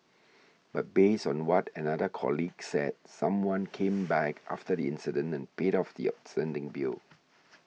but based on what another colleague said someone came back after the incident and paid off the outstanding bill